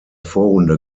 vorrunde